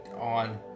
on